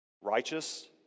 righteous